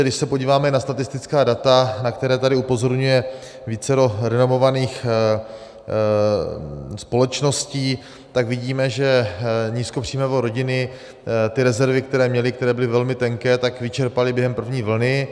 Když se podíváme na statistická data, na která tady upozorňuje vícero renomovaných společností, tak vidíme, že nízkopříjmové rodiny ty rezervy, které měly a které byly velmi tenké, vyčerpaly během první vlny.